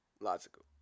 Logical